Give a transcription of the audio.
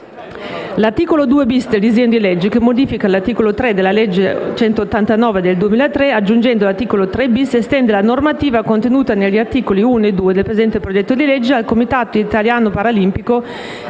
L'articolo 2-*bis* del disegno di legge, che modifica l'articolo 3 della legge n. 189 del 2003 aggiungendo l'articolo 3-*bis*, estende la normativa contenuta negli articoli 1 e 2 del presente progetto di legge al Comitato italiano paralimpico